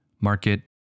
market